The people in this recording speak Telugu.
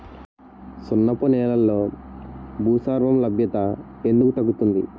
సున్నపు నేలల్లో భాస్వరం లభ్యత ఎందుకు తగ్గుతుంది?